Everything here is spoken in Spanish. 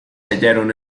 hallaron